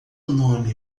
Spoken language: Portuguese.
nome